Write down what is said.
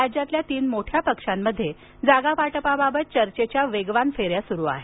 राज्यातील तीन मोठ्या पक्षांमध्ये जागावाटपाबाबत चर्चेच्या वेगवान फेऱ्या होत आहेत